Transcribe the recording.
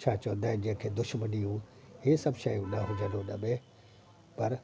छा चवंदा आहिनि जंहिं खे दुशमनियूं इहे सभु शयूं न हुजनि हुन में पर